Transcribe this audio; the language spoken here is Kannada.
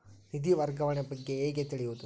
ನಿಧಿ ವರ್ಗಾವಣೆ ಬಗ್ಗೆ ಹೇಗೆ ತಿಳಿಯುವುದು?